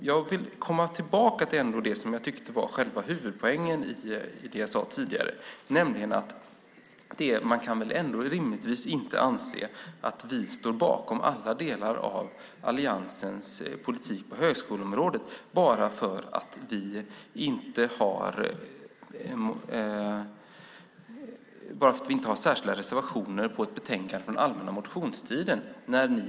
Jag vill komma tillbaka till det som jag tycker är själva huvudpoängen i det jag tidigare sagt, nämligen att man rimligtvis inte kan anse att vi till alla delar står bakom alliansens politik på högskoleområdet bara därför att vi inte har särskilda reservationer i ett betänkande där motioner från den allmänna motionstiden behandlas.